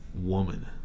woman